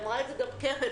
אמרה את זה גם קרן ברק,